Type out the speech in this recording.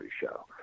show